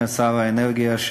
שר האנרגיה,